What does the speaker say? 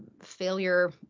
failure